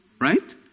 Right